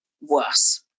worse